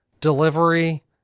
delivery